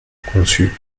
conçue